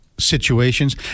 Situations